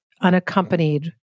unaccompanied